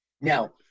Now